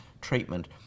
treatment